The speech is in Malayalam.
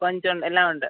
കൊഞ്ചുണ്ട് എല്ലാമുണ്ട്